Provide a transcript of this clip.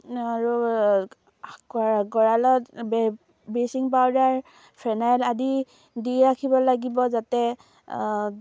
আৰু গঁড়ালত bleaching powder phenyl আদি দি ৰাখিব লাগিব যাতে